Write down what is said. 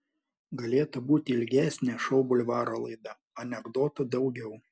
galėtų būti ilgesnė šou bulvaro laida anekdotų daugiau